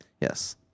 yes